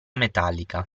metallica